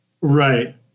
Right